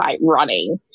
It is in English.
running